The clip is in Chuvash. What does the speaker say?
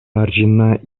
арҫынна